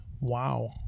Wow